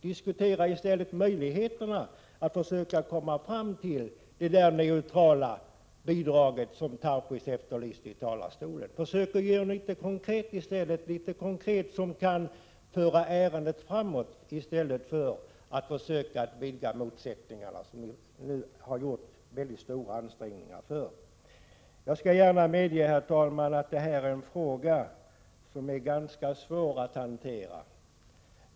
Diskutera i stället vilka möjligheter som finns när det gäller att försöka komma fram till det neutrala bidrag som Daniel Tarschys efterlyste här i talarstolen! Försök alltså att vara litet konkreta så att ärendet kan föras framåt istället för att försöka vidga motsättningarna. I det avseendet har ni ju nu gjort väldigt stora ansträngningar. Jag medger gärna, herr talman, att den här frågan är ganska svår att hantera.